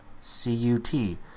C-U-T